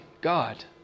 God